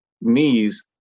knees